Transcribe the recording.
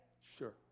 Sure